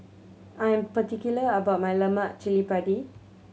I am particular about my lemak cili padi